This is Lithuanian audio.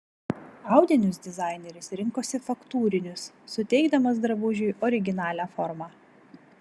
audinius dizaineris rinkosi faktūrinius suteikdamas drabužiui originalią formą